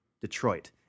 Detroit